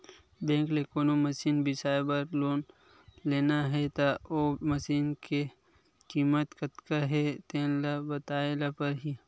bank ले कोनो machine बिसाए बर लोन लेना हे त ओ मसीनी के कीमत कतका हे तेन ल बताए ल परही